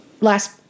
last